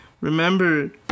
Remember